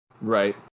Right